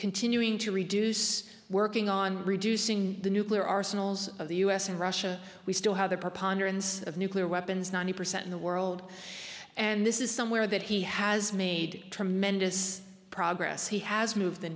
continuing to reduce working on reducing the nuclear arsenals of the u s and russia we still have the preponderance of nuclear weapons ninety percent in the world and this is somewhere that he has made tremendous progress he has moved the